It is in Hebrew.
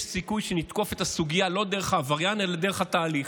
יש סיכוי שנתקוף את הסוגיה לא דרך העבריין אלא דרך התהליך,